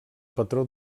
patró